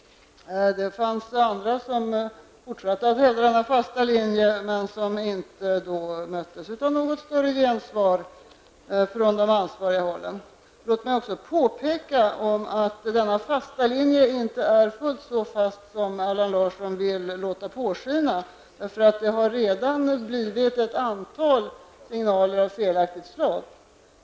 Det finns andra som fortsatte att hävda den här fasta linjen men som inte möttes av något större gensvar från ansvarigt håll. Låt mig också påpeka att denna fasta linje inte är fullt så fast som Allan Larsson vill låta påskina, eftersom det redan har getts ett antal signaler av felaktigt slag.